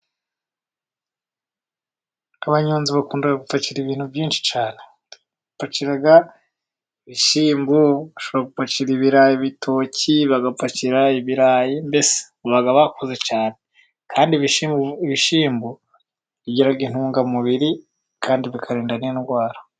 Abanyozi bakunda gupakira ibintu byinshi cyane. Bapakira ibishyimbo, bapakira ibirayi, ibitoki, bagapakira ibirayi, mbese baba bakoze cyane. Kandi ibishyimbo bigira intungamubiri kandi bikarinda n'indwara.